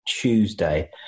Tuesday